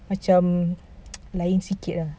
macam lain sikit ah